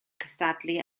cystadlu